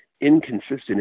inconsistent